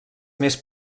més